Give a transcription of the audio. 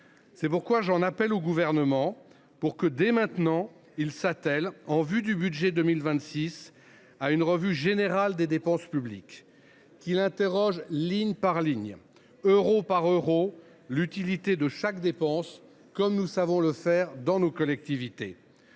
C’est pourquoi j’en appelle au Gouvernement pour que, dès maintenant, il s’attelle, en vue du budget pour 2026, à une revue générale des dépenses publiques, qu’il interroge ligne par ligne, euro par euro, l’utilité de chaque dépense, comme nous savons le faire dans nos collectivités.